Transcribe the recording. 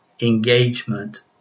engagement